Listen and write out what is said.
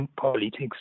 politics